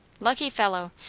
lucky fellow!